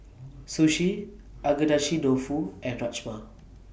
Sushi Agedashi Dofu and Rajma